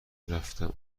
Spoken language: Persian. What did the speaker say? رفتم